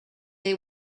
they